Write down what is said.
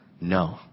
no